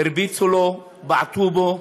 הרביצו לו, בעטו בו,